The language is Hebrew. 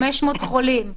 500 חולים,